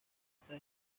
estas